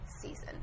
season